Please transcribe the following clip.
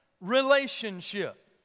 relationship